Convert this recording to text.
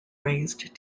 raised